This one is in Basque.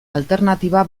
alternatiba